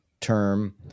term